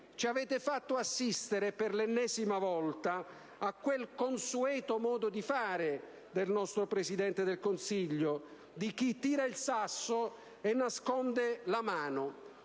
Ci avete fatto assistere per l'ennesima volta a quel consueto modo di fare del nostro Presidente del Consiglio, di chi tira il sasso e nasconde la mano.